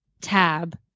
tab